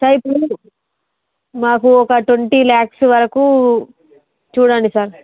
sir ఇప్పుడు మాకు ఒక ట్వంటీ ల్యాక్స్ వరకు చూడండి సార్